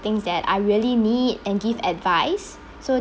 things that I really need and give advice so